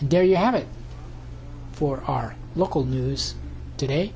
there you have it for our local news today